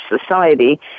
society